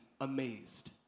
amazed